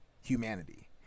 humanity